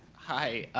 hi,